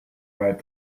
write